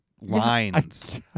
lines